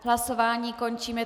Hlasování končím.